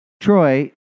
Troy